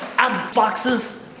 um boxes!